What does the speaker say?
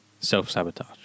Self-sabotage